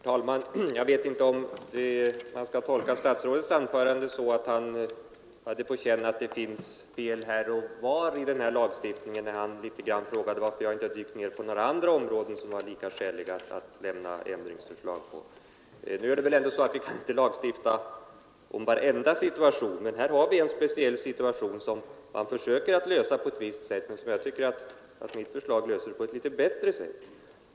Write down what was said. Herr talman! Jag vet inte om man skall tolka statsrådets anförande så att han har på känn att det finns fel här och var i denna lagstiftning. Han frågade nämligen varför jag inte gick med på andra punkter där det finns samma skäl att framföra ändringsförslag. Vi kan ju inte lagstifta om alla tänkbara situationer, men här har vi en speciell situation som man försöker lösa på ett visst sätt och som jag tycker att mitt förslag löser på ett litet bättre sätt.